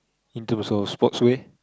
in terms of sports wear